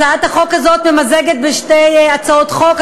הצעת החוק הזאת ממזגת שתי הצעות חוק,